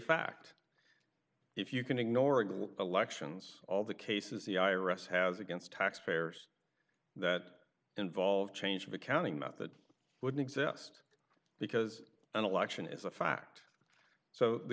fact if you can ignore it elections all the cases the i r s has against tax payers that involve change of accounting method wouldn't exist because an election is a fact so the